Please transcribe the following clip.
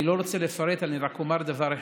אני לא רוצה לפרט, רק אומר דבר אחד: